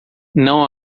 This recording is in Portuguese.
não